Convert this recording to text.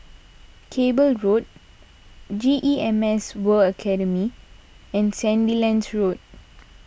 Cable Road G E M S World Academy and Sandilands Road